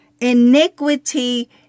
Iniquity